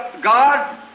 God